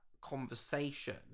conversation